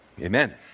Amen